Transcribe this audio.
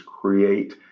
create